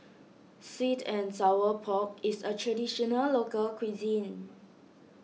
Sweet and Sour Pork is a Traditional Local Cuisine